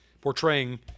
portraying